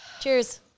Cheers